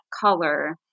color